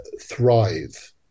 thrive